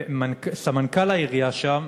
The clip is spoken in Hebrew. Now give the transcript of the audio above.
סמנכ"ל העירייה שם